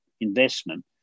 investment